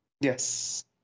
Yes